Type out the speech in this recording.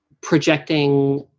projecting